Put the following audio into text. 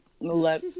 let